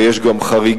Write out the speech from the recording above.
ויש גם חריגים,